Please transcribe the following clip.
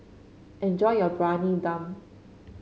enjoy your Briyani Dum